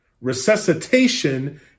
Resuscitation